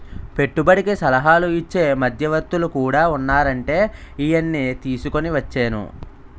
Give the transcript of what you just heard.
పెట్టుబడికి సలహాలు ఇచ్చే మధ్యవర్తులు కూడా ఉన్నారంటే ఈయన్ని తీసుకుని వచ్చేను